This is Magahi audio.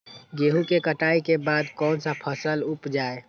गेंहू के कटाई के बाद कौन सा फसल उप जाए?